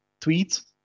tweets